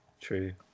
true